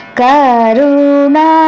Karuna